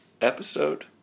episode